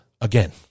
again